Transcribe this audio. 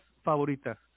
favoritas